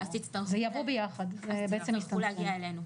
אז תצטרכו להגיע אלינו.